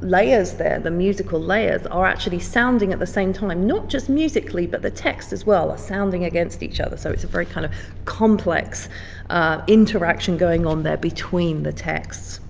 layers there, the musical layers, are actually sounding at the same time. not just musically, but the texts as well are sounding against each other, so it's a very kind of complex interaction going on there between the texts.